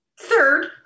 Third